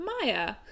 Maya